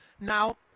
Now